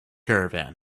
caravan